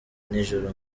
nijoro